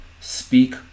speak